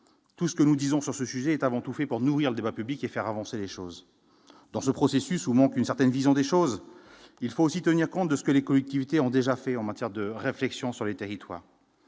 tout ce que nous disons sur ce sujet est avant tout fait pour nourrir le débat public et faire avancer les choses dans ce processus, ou non, une certaine vision des choses, il faut aussi tenir compte de ce que les collectivités ont déjà fait en matière de réflexion sur les territoires,